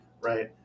right